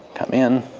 cam in,